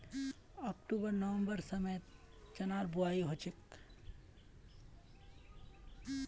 October नवंबरेर समयत चनार बुवाई हछेक